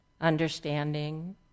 understanding